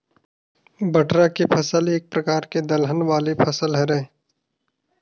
बटरा के फसल एक परकार के दलहन वाले फसल हरय